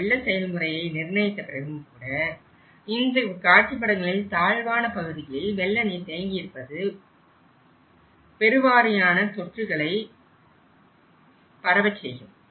இந்த வெள்ள செயல்முறையை நிர்ணயித்த பிறகும்கூட இந்த காட்சி படங்களில் தாழ்வான பகுதிகளில் வெள்ள நீர் தேங்கியிருப்பது உள்ளூரில் பெருவாரியான தொற்று நோய்களை பரவச் செய்யும்